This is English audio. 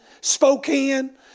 Spokane